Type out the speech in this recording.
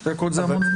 שתי דקות זה המון זמן.